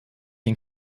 den